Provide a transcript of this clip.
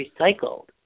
recycled